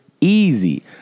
easy